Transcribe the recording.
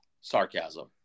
Sarcasm